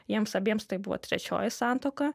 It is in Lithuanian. jiems abiems tai buvo trečioji santuoka